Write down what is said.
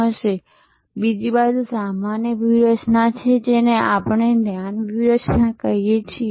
હવે બીજી સામાન્ય વ્યૂહરચના છે જેને આપણે ધ્યાન વ્યૂહરચના કહીએ છીએ